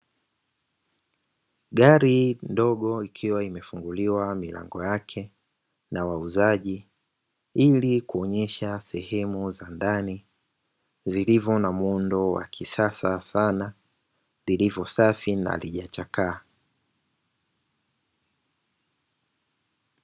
Gari ndogo ikiwa imefunguliwa milango yake na wauzaji, ili kuonyesha sehemu za ndani; zilivyo na muundo wa kisasa sana, lilivyo safi na halijachakaa.